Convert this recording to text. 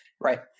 Right